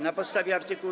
Na podstawie artykułu.